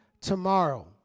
tomorrow